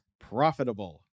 profitable